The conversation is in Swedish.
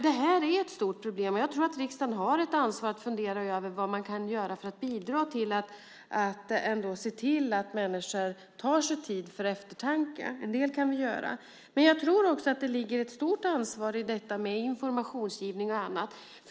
Detta är ett stort problem, och jag tror att riksdagen har ett ansvar att fundera över vad man kan göra för att bidra till att ändå se till att människor tar sig tid till eftertanke. En del kan vi göra. Men jag tror också att det ligger ett stort ansvar i detta med informationsgivning och annat.